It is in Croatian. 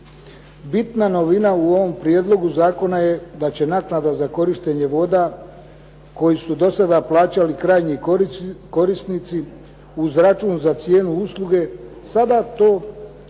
Bitna novina u ovom prijedlogu zakona je da će naknada za korištenje voda koju su do sada plaćali krajnji korisnici uz račun za cijenu usluge sada to postaje